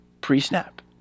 Pre-snap